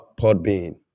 Podbean